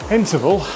interval